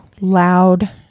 loud